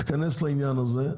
תיכנס לעניין הזה,